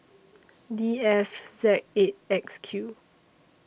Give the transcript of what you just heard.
D F Z eight X Q